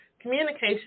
communication